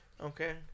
Okay